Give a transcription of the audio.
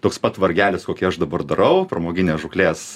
toks pat vargelis kokį aš dabar darau pramoginės žūklės